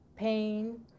pain